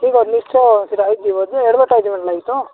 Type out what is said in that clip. ଠିକ୍ ଅଛି ନିଶ୍ଚୟ ସେଇଟା ହେଇଯିବ ଯେ ଆଡ଼ଭାଟାଇଜମେଣ୍ଟ୍ ନାଇଁ ତ